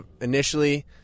initially